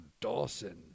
Dawson